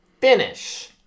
finish